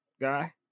guy